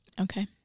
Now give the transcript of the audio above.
okay